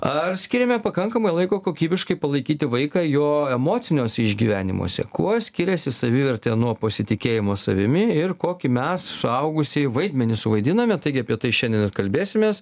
ar skiriame pakankamai laiko kokybiškai palaikyti vaiką jo emociniuose išgyvenimuose kuo skiriasi savivertė nuo pasitikėjimo savimi ir kokį mes suaugusieji vaidmenį suvaidiname taigi apie tai šiandien ir kalbėsimės